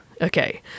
Okay